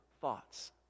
thoughts